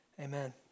Amen